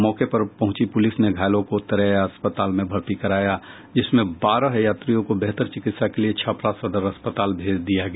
मौके पर पहुंची पुलिस ने घायलों को तरैया अस्पताल में भर्ती कराया जिसमें बारह यात्रियों को बेहतर चिकित्सा के लिए छपरा सदर अस्पताल भेज दिया गया